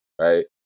right